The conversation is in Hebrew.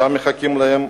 שם מחכים להם